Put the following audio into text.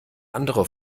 andere